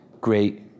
great